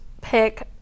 pick